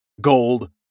gold